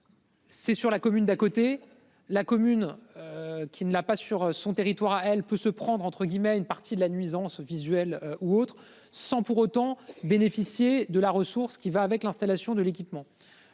C'est sur la commune d'à côté. La commune. Qui ne l'a pas sur son territoire à elle peut se prendre entre guillemets une partie de la nuisance visuelle ou autre, sans pour autant bénéficier de la ressource qui va avec l'installation de l'équipement.